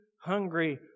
hungry